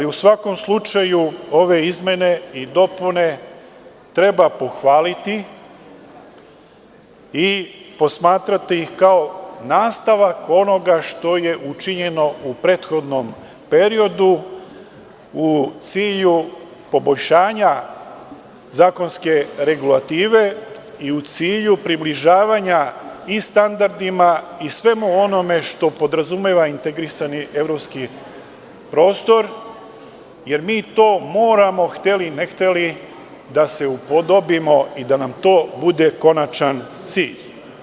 U svakom slučaju, ove izmene i dopune treba pohvaliti i posmatrati ih kao nastavak onoga što je učinjeno u prethodnom periodu u cilju poboljšanja zakonske regulative i u cilju približavanja standardima i svemu onome što podrazumeva integrisani evropski prostor, jer mi to moramo, hteli ne hteli, da upodobimo i da nam to bude konačan cilj.